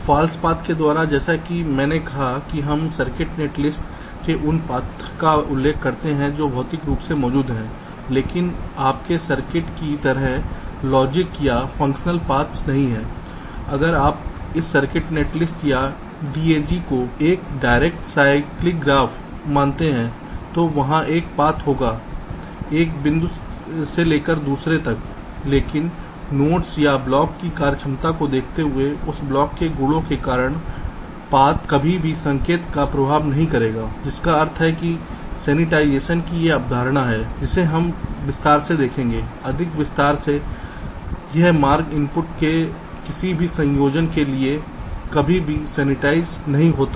false path के द्वारा जैसा कि मैंने कहा था की हम सर्किट नेट लिस्ट में उन पाथ का उल्लेख करते हैं जो भौतिक रूप मौजूद है लेकिन आपके सर्किट की तरह लॉजिक या फंक्शनल पाथ्स नहीं हैं अगर आप इस सर्किट नेटलिस्ट या DAG को एक डायरेक्ट एसाइक्लिक ग्राफ मानते हैं तो वहां एक पाथ होगा एक बिंदु से दूसरे तक लेकिन नोड्स या ब्लॉक की कार्यक्षमता को देखते हुए इस ब्लॉक के गुणों के कारण पथ कभी भी संकेत का प्रवाह नहीं करेगा जिसका अर्थ है कि सेन्सिटिज़ेशन की एक अवधारणा है जिसे हम विस्तार से देखेंगे अधिक विस्तार से यह मार्ग इनपुट के किसी भी संयोजन के लिए कभी भी सेनसेटाईज़ेड नहीं होता है